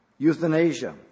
Euthanasia